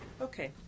Okay